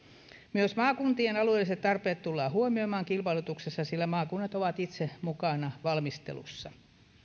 myös maakuntien alueelliset tarpeet tullaan huomioimaan kilpailutuksessa sillä maakunnat ovat itse mukana valmistelussa